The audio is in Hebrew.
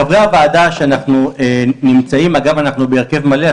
חברי הוועדה, אגב אנחנו בהרכב מלא.